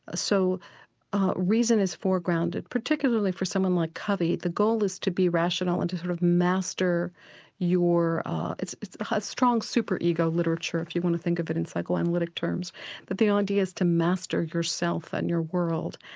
ah so reason is fore-grounded, particularly for someone like covey, the goal is to be rational and to sort of master your it's it's a strong super ego literature if you want to think of it in psycho-analytic terms but the idea is to master yourself and your world.